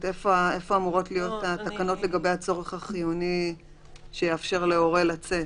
איפה אמורות להיות התקנות לגבי הצורך החיוני שיאפשר להורה לצאת?